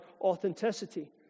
authenticity